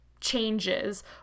changes